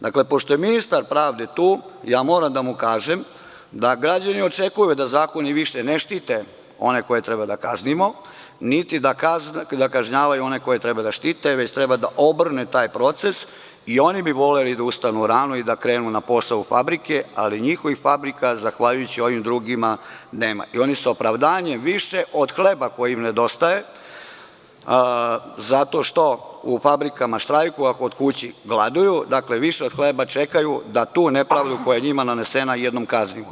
Dakle, pošto je ministar pravde tu, ja moram da mu kažem da građani očekuju da zakoni više ne štite one koje treba da kaznimo, niti da kažnjavaju one koje treba da štite, već treba da obrne taj proces i oni bi voleli da ustanu rano i da krenu na posao u fabrike, ali njihovih fabrika, zahvaljujući ovim drugima nema, i oni su opravdanje više od hleba koji im nedostaje zato što u fabrikama štrajkuju, a kod kuće gladuju, više od hleba čekaju da tu nepravdu koja je njima nanesena jednom kaznimo.